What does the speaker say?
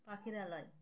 পাখিরালয়